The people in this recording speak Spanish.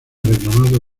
reclamado